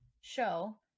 show